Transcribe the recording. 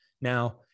Now